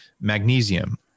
magnesium